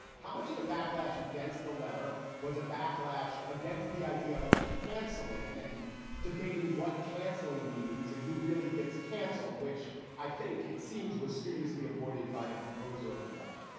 how much of the backlash against the letter was a backlash against the idea of canceling and debating what cancelling means and who really gets canceled, which i think it seems was studiously avoided by the composer of the letter?